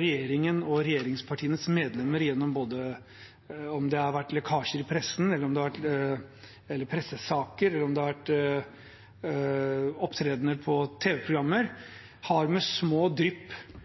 Regjeringen og regjeringspartienes medlemmer har, enten det har vært i lekkasjer i pressen, pressesaker eller opptredener på tv-programmer, med små drypp markedsført eller annonsert at det ville komme en større strømkrisepakke. Den fikk vi via en pressekonferanse på lørdag. Da visste samtidig regjeringen at vi i denne komiteen satt og jobbet med